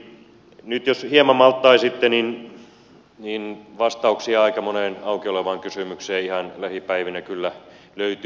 nyt jos hieman malttaisitte niin vastauksia aika moneen auki olevaan kysymykseen ihan lähipäivinä kyllä löytyy